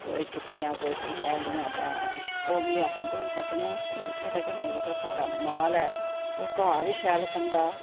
कोई टिक्कियां कोई पीने आह्लियां तां ओह् बी अस देई सकने आं ओह्दे कन्नै जेह्का साढ़ा माल ऐ ओह् घा बी शैल खंदा